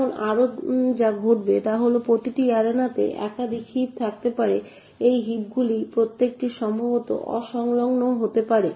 এখন আরও যা ঘটবে তা হল প্রতিটি অ্যারেনা তে একাধিক হিপ থাকতে পারে এই হিপগুলির প্রত্যেকটি সম্ভবত অ সংলগ্ন হতে পারে